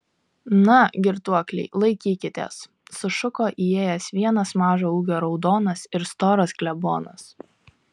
na girtuokliai laikykitės sušuko įėjęs vienas mažo ūgio raudonas ir storas klebonas